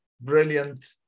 brilliant